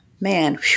man